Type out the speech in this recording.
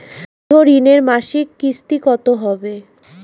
গৃহ ঋণের মাসিক কিস্তি কত হবে?